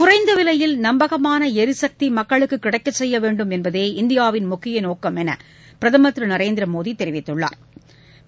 குறைந்த விலையில் நம்பகமான எரிசக்தி மக்களுக்கு கிடைக்க செய்ய வேண்டும் என்பதே இந்தியாவின் முக்கிய நோக்கம் என பிரதமர்